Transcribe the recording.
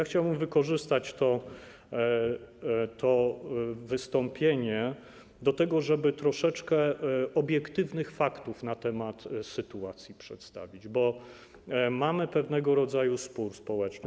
Chciałbym wykorzystać to wystąpienie do tego, żeby troszeczkę obiektywnych faktów na temat sytuacji przedstawić, bo mamy pewnego rodzaju spór społeczny.